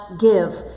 give